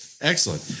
Excellent